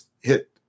hit